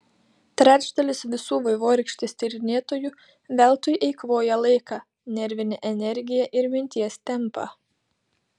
trečdalis visų vaivorykštės tyrinėtojų veltui eikvoja laiką nervinę energiją ir minties tempą